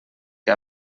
que